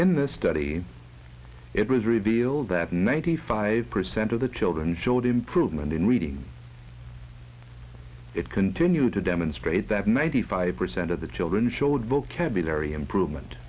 in the study it was revealed that ninety five percent of the children showed improvement in reading it continue to demonstrate that ninety five percent of the children showed vocabulary improvement